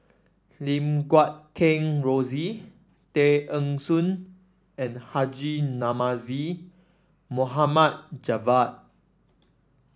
Lim Guat Kheng Rosie Tay Eng Soon and Haji Namazie Mohd Javad